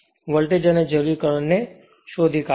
voltage અને જરૂરી current ને શોધી કાઢો